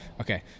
Okay